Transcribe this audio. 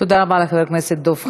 תודה רבה לחבר הכנסת דב חנין.